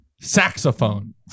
saxophone